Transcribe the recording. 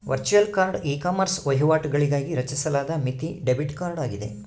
virtual card ecommerce ವಹಿವಾಟುಗಳಿಗಾಗಿ ರಚಿಸಲಾದ ಮಿತಿ ಡೆಬಿಟ್ ಕಾರ್ಡ್ ಆಗಿದೆ